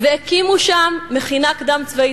והקימו שם מכינה קדם-צבאית,